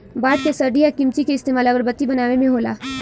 बांस के सठी आ किमची के इस्तमाल अगरबत्ती बनावे मे होला